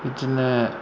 बिदिनो